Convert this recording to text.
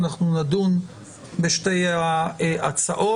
אנחנו נדון בשתי ההצעות.